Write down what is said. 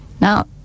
Now